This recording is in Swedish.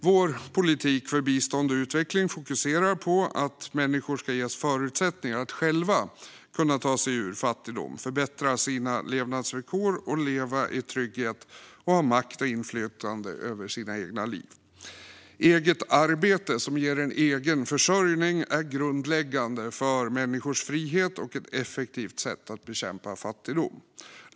Vår politik för bistånd och utveckling fokuserar på att människor ska ges förutsättningar att själva kunna ta sig ur fattigdom, förbättra sina levnadsvillkor, leva i trygghet samt ha makt och inflytande över sina egna liv. Eget arbete som ger egen försörjning är grundläggande för människors frihet och ett effektivt sätt att bekämpa fattigdom.